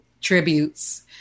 tributes